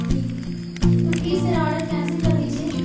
جی تو پلیز میرا order cancel کر دیجیے